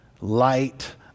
light